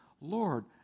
Lord